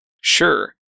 Sure